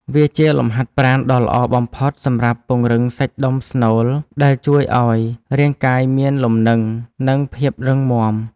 វាជាលំហាត់ប្រាណដ៏ល្អបំផុតសម្រាប់ពង្រឹងសាច់ដុំស្នូល ដែលជួយឱ្យរាងកាយមានលំនឹង និងភាពរឹងមាំ។